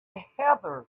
heather